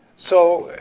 so,